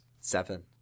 Seven